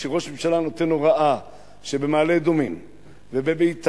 כשראש ממשלה נותן הוראה שבמעלה-אדומים ובביתר